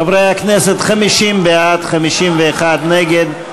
חברי הכנסת, 50 בעד, 51 נגד.